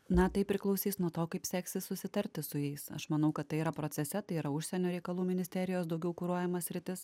na tai priklausys nuo to kaip seksis susitarti su jais aš manau kad tai yra procese tai yra užsienio reikalų ministerijos daugiau kuruojama sritis